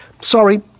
Sorry